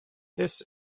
this